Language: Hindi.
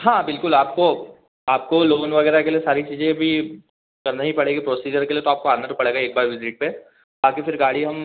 हाँ बिल्कुल आपको आपको लोन वगैरह के लिए सारी चीज़ें भी करनी ही पड़ेगी प्रोसीजर के लिए तो आपको आना तो पड़ेगा ही एक बार विज़िट पे आपकी फिर गाड़ी हम